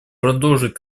продолжить